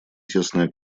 тесная